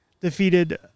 defeated